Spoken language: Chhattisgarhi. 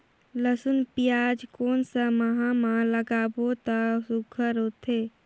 लसुन पियाज कोन सा माह म लागाबो त सुघ्घर होथे?